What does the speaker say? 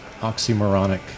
oxymoronic